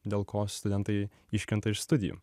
dėl ko studentai iškrenta iš studijų